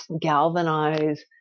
galvanize